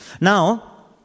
Now